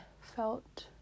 felt